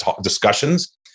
discussions